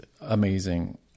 amazing